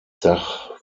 dach